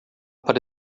para